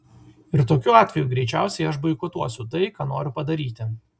ir tokiu atveju greičiausiai aš boikotuosiu tai ką noriu padaryti